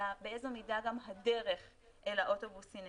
אלא באיזו מידה גם הדרך אל האוטובוס היא נגישה,